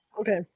okay